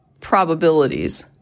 probabilities